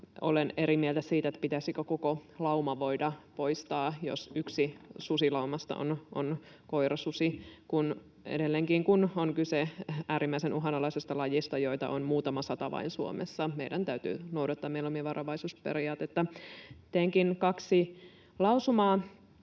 olen eri mieltä siitä, pitäisikö koko lauma voida poistaa, jos yksi susilaumasta on koirasusi. Edelleenkin kun on kyse äärimmäisen uhanalaisesta lajista, jota on vain muutama sata Suomessa, meidän täytyy noudattaa mieluummin varovaisuusperiaatetta. Ehdotankin kahta lausumaa